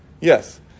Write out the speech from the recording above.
Yes